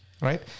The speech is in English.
right